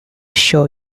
show